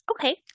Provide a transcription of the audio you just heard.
Okay